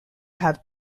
have